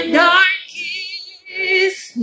darkest